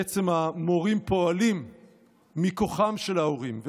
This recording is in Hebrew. בעצם המורים פועלים מכוחם של ההורים,